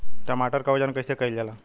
टमाटर क वजन कईसे कईल जाला?